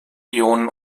ionen